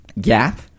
gap